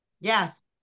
Yes